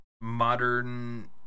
Modern